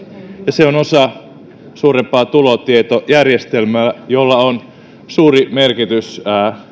se on osa suurempaa tulotietojärjestelmää jolla on suuri merkitys